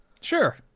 Sure